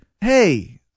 hey